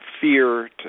fear